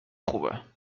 خوبه